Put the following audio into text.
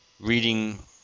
Reading